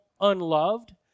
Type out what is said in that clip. unloved